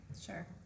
Sure